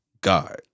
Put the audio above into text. God